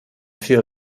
für